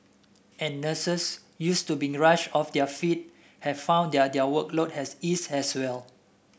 and nurses used to being rushed off their feet have found that their workload has eased as well